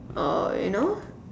oh you know